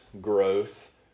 growth